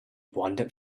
wandered